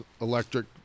electric